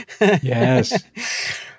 Yes